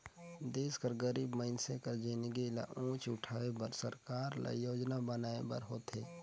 देस कर गरीब मइनसे कर जिनगी ल ऊंच उठाए बर सरकार ल योजना बनाए बर होथे